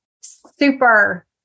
super